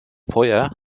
feuer